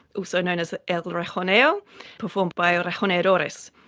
also known as el rejoneo performed by ah rejoneadores.